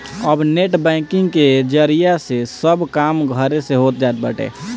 अब net banking के जरिया से सब काम घरे से हो जात बाटे